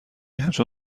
همچون